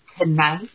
Tonight